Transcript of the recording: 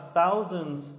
thousands